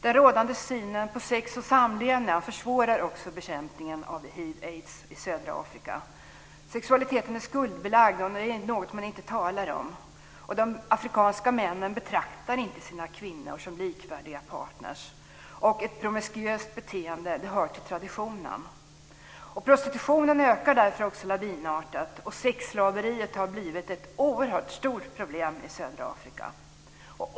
Den rådande synen på sex och samlevnad försvårar också bekämpningen av hiv/aids i södra Afrika. Sexualiteten är skuldbelagd, något man inte talar om. De afrikanska männen betraktar inte sina kvinnor som likvärdiga partner. Ett promiskuöst beteende hör till traditionen. Prostitutionen ökar därför lavinartat och sexslaveriet har blivit ett oerhört stort problem i södra Afrika.